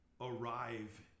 arrive